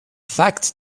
fact